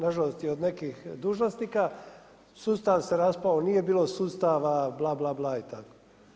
Nažalost i od nekih dužnosnika, sustav se raspao, nije bilo sustava, bla, bla, bla i tako.